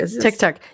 TikTok